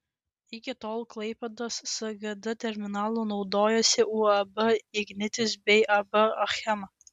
iki tol klaipėdos sgd terminalu naudojosi uab ignitis bei ab achema